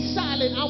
silent